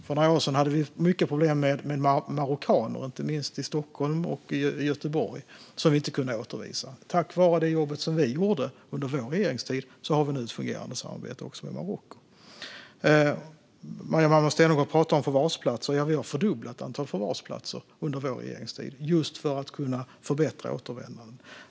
För några år sedan hade vi mycket problem med marockaner som vi inte kunde återvisa, inte minst i Stockholm och Göteborg. Tack vare det jobb som vi gjorde under vår regeringstid har vi nu ett fungerande samarbete också med Marocko. Maria Malmer Stenergard pratar om förvarsplatser. Vi har fördubblat antalet förvarsplatser under vår regeringstid för att kunna förbättra återvändandet.